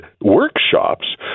workshops